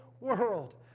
world